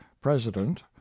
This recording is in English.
president